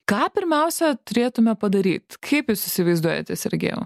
ką pirmiausia turėtume padaryt kaip jūs įsivaizduojate sergejau